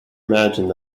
imagined